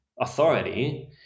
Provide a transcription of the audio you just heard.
authority